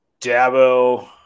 Dabo